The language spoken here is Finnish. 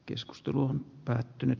keskustelu on päättynyt